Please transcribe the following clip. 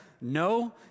No